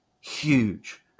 huge